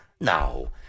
No